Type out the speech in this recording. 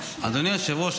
אדוני היושב-ראש,